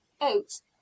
oats